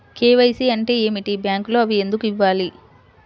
KYC అంటే ఏమిటి? బ్యాంకులో అవి ఎందుకు ఇవ్వాలి?